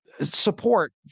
support